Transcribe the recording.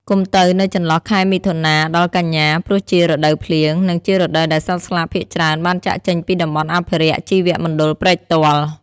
កុំទៅនៅចន្លោះខែមិថុនាដល់កញ្ញា ព្រោះជារដូវភ្លៀង និងជារដូវដែលសត្វស្លាបភាគច្រើនបានចាកចេញពីតំបន់អភិរក្សជីវមណ្ឌលព្រែកទាល់។